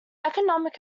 economic